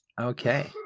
Okay